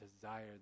desire